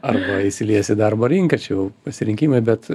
arba įsilies į darbo rinką čia jau pasirinkimai bet